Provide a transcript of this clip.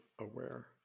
aware